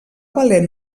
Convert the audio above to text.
valer